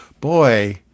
boy